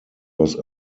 was